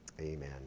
Amen